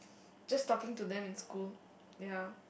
just talking to them in school ya